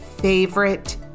favorite